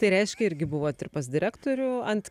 tai reiškia irgi buvot pas direktorių ant